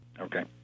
Okay